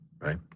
right